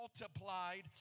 multiplied